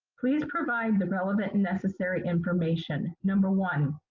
please provide the relevant and necessary information. number one,